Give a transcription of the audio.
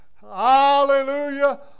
hallelujah